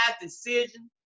decision